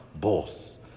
Boss